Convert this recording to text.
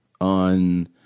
on